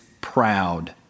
proud